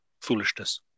foolishness